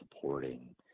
supporting